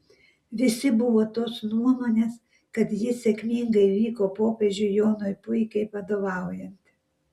visi buvo tos nuomonės kad jis sėkmingai vyko popiežiui jonui puikiai vadovaujant